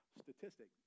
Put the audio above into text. statistic